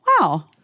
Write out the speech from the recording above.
Wow